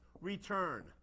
return